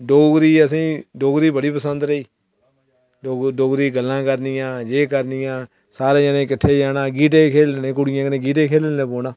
डोगरी असें गी डोगरी बड़ी पसंद रेही डोगरी गल्लां करनियां एह् करना सारे जनें किट्ठे होइयै गीटे खेढना शूरू करी ओड़ना कुडियें कन्नै